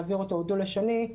הוא דו-לשוני,